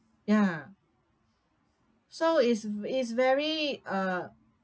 ya so is is very uh